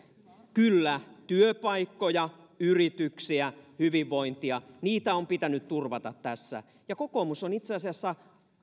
kyllä työpaikkoja yrityksiä hyvinvointia on pitänyt turvata tässä ja kokoomus on itse asiassa